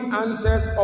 answers